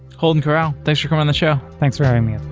holden karau, thanks for coming on the show. thanks for having me,